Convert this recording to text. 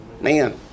man